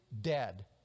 dead